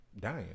dying